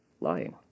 lying